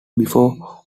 before